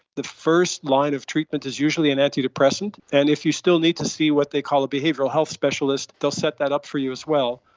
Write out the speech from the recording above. the first line of treatment is usually an antidepressant, and if you still need to see what they call a behavioural health specialist, they'll set that up for you as well.